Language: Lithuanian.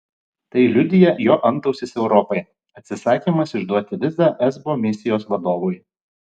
tai liudija jo antausis europai atsisakymas išduoti vizą esbo misijos vadovui